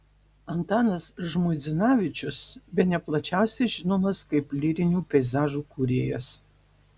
antanas žmuidzinavičius bene plačiausiai žinomas kaip lyrinių peizažų kūrėjas